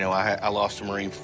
i lost a marine,